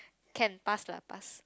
can pass lah pass